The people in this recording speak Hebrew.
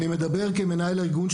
אני מדבר כמנהל הארגון,